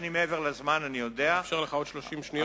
אני מאפשר לך עוד 30 שניות.